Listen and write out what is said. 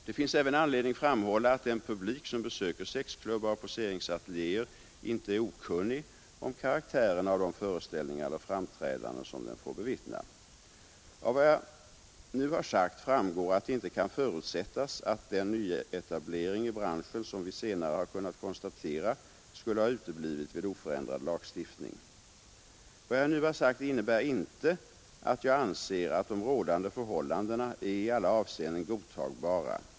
Det finns även anledning framhålla att den publik som besöker sexklubbar och poseringsateljéer inte är okunnig om karaktären av de föreställningar eller framträdanden som den får bevittna. Av vad jag nu har sagt framgår att det inte kan förutsättas, att den nyetablering i branschen som vi senare har kunnat konstatera skulle ha Vad jag nu har sagt innebär inte att jag anser att de rådande förhållandena är i alla avseenden godtagbara.